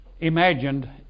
imagined